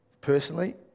personally